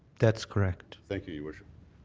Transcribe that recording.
that's correct. thank you, your worship.